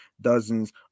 dozens